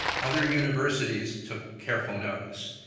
other universities took careful notice,